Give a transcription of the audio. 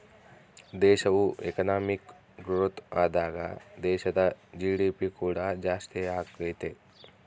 ದೇಶವು economic growth ಆದಾಗ ದೇಶದ ಜಿ.ಡಿ.ಪಿ ಕೂಡ ಜಾಸ್ತಿಯಾಗತೈತೆ